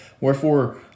Wherefore